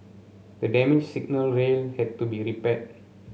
the damaged signal rail had to be repaired